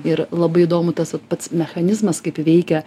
ir labai įdomu tas vat pats mechanizmas kaip veikia